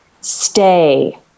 Stay